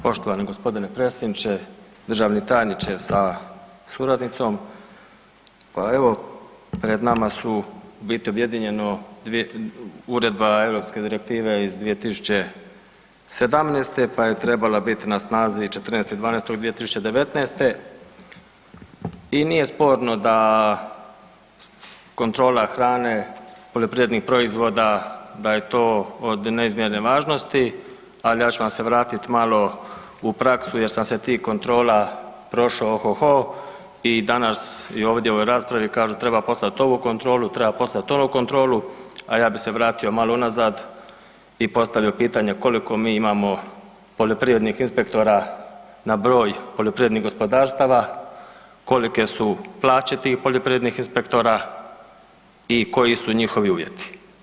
Poštovani gospodine predsjedniče, državni tajniče sa suradnicom, pa evo pred nama su ubiti objedinjeno dvije, Uredba europske Direktive iz 2017, pa je trebala biti na snazi 14.12.2019. i nije sporno da kontrola hrane poljoprivrednih proizvoda da je to od neizmjerne važnosti, ali ja ću vam se vratiti malo u praksu jer sam se tih kontrola prošao ohoho i danas i ovdje u raspravi kažu treba poslati ovu kontrolu, treba poslati onu kontrolu, a ja bi se vratio malo unazad i postavio pitanje koliko mi imamo poljoprivrednih inspektora na broj poljoprivrednih gospodarstava, kolike su plaće tih poljoprivrednih inspektora i koji su njihovi uvjeti?